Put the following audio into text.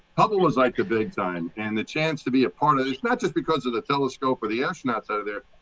hubble was like a big time. and the chance to be a part of this, not just because of the telescope or the astronauts out there,